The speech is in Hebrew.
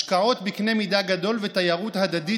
השקעות בקנה מידה גדול ותיירות הדדית,